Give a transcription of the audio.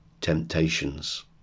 temptations